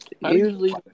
Usually